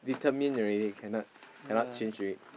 determine already cannot cannot change already